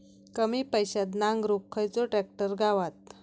कमी पैशात नांगरुक खयचो ट्रॅक्टर गावात?